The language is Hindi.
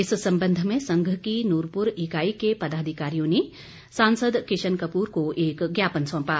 इस संबंध में संघ की नूरपुर इकाई के पदाधिकारियों ने सांसद किशन कपूर को एक ज्ञापन सौंपा